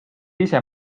ise